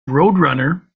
roadrunner